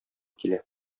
килә